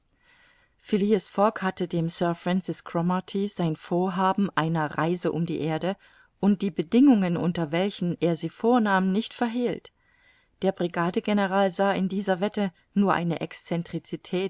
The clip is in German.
fogg hatte dem sir francis cromarty sein vorhaben einer reise um die erde und die bedingungen unter welchen er sie vornahm nicht verhehlt der brigadegeneral sah in dieser wette nur eine